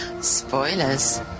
Spoilers